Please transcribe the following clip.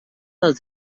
del